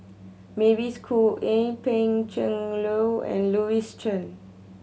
Mavis Khoo Oei Pan Cheng Lui and Louis Chen